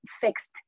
fixed